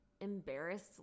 embarrassed